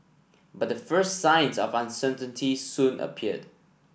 but the first signs of uncertainty soon appeared